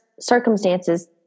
circumstances